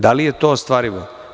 Da li je to ostvarivo?